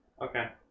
Okay